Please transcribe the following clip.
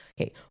okay